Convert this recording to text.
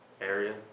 area